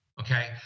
Okay